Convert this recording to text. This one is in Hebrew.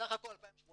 בסך הכל ב-2018,